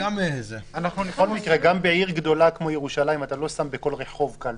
בכל מקרה גם בעיר גדולה כמו ירושלים אתה לא שם בכל רחוב קלפי.